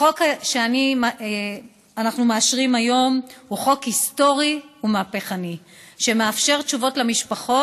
החוק שאנו מאשרים היום הוא חוק היסטורי ומהפכני שמאפשר תשובות למשפחות.